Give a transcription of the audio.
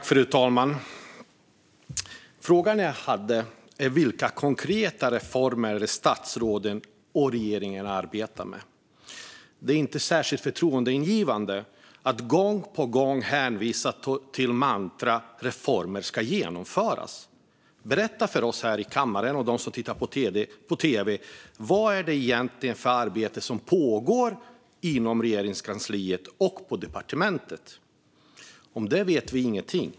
Fru talman! Min fråga var vilka konkreta reformer som statsrådet och regeringen arbetar med. Det är inte särskilt förtroendeingivande att gång på gång hänvisa till mantrat "reformer ska genomföras". Berätta för oss i kammaren och de som tittar på tv vilket arbete som egentligen pågår i Regeringskansliet och departementet, Andreas Carlson. Om det vet vi ingenting.